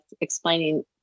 explaining